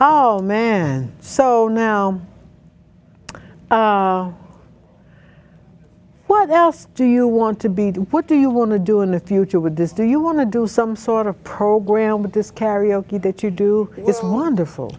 oh man so now what else do you want to be what do you want to do in the future with this do you want to do some sort of program with this karaoke that you do it's wonderful